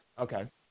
Okay